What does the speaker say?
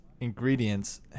ingredients